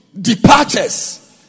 Departures